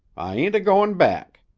i ain't a-goin' back.